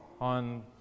on